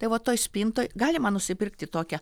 tai vat toj spintoj galima nusipirkti tokią